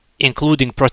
Including